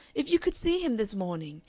if you could see him this morning,